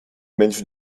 menschen